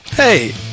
Hey